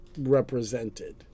represented